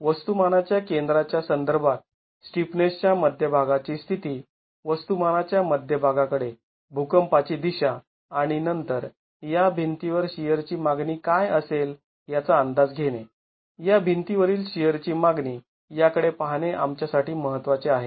वस्तुमानाच्या केंद्राच्या संदर्भात स्टिफनेसच्या मध्यभागाची स्थिती वस्तुमानाच्या मध्यभागाकडे भुकंपाची दिशा आणि नंतर या भिंतीवर शिअर ची मागणी काय असेल याचा अंदाज घेणे या भिंती वरील शिअर ची मागणी याकडे पाहणे आमच्यासाठी महत्त्वाचे आहे